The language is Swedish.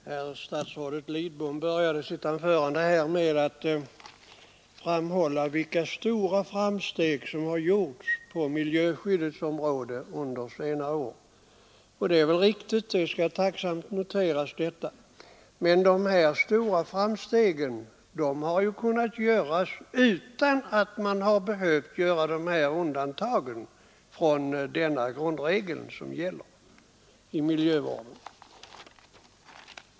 Herr talman! Statsrådet Lidbom började sitt anförande med att framhålla vilka stora framsteg som har gjorts på miljöskyddets område under senare år. Det är riktigt att stora framsteg har gjorts, och det skall tacksamt noteras. Men dessa stora framsteg har kunnat göras utan att man behövt göra nu föreslagna undantag från den grundregel som gäller i miljövårdshänseende.